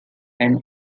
and